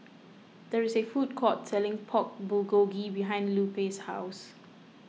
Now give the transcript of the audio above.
there is a food court selling Pork Bulgogi behind Lupe's house